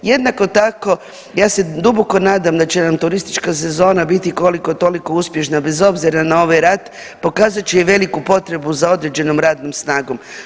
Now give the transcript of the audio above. Jednako tako ja se duboko nadam da će nam turistička sezona biti koliko toliko uspješna bez obzira na ovaj rat pokazat će i veliku potrebu za određenom radnom snagom.